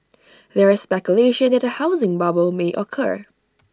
there is speculation that A housing bubble may occur